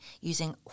using